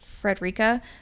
frederica